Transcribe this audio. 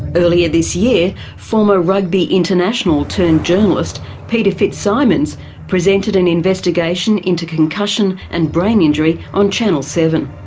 earlier this year former rugby international turned journalist peter fitzsimons presented an investigation into concussion and brain injury on chanel seven.